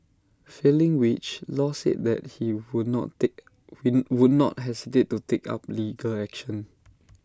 failing which law said that he would not take he would not hesitate to take up legal action